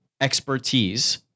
expertise